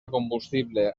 combustible